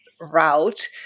route